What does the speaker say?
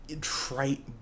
trite